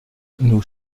nous